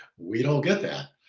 we don't get that.